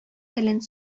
телен